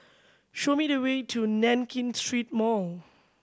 show me the way to Nankin Street Mall